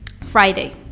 friday